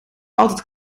altijd